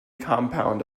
compound